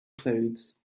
clothes